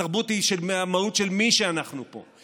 התרבות היא המהות של מי שאנחנו פה.